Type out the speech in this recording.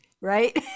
right